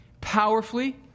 powerfully